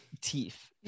teeth